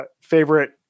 favorite